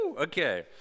okay